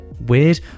weird